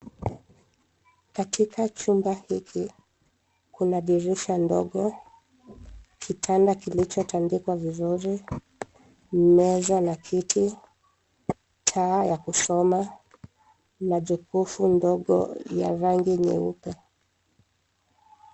Katika chumba hiki kuna dirisha ndogo, kitanda kilichotandikwa vizuri, meza na kiti, taa ya kusoma na jokofu ndogo ya rangi nyeupe.